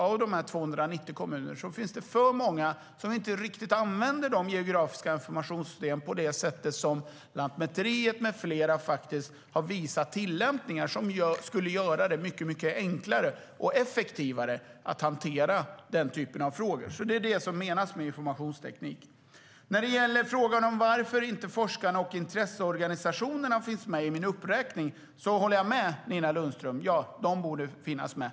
Av de 290 kommunerna finns det för många som inte riktigt använder de geografiska informationssystemen på det sätt som Lantmäteriet med flera faktiskt har visat, nämligen tillämpningar som skulle göra det mycket enklare och effektivare att hantera den typen av frågor. Det är alltså det som menas med informationsteknik. När det gäller frågan om varför forskarna och intresseorganisationerna inte finns med i min uppräkning håller jag med Nina Lundström om att de borde finnas med.